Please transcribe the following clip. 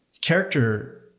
character